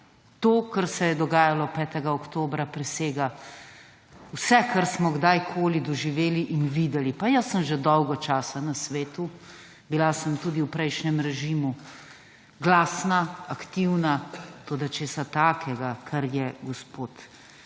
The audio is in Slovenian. To, kar se je dogajalo 5. oktobra, presega vse, kar smo kdaj koli doživeli in videli, pa jaz sem že dolgo časa na svetu, bila sem tudi v prejšnjem režimu glasna, aktivna, toda česa takega, kar je gospod